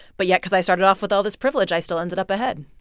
but yet, cause i started off with all this privilege, i still ended up ahead